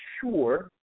sure